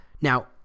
now